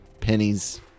pennies